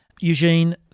Eugene